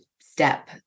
step